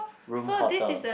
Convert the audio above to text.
room hotter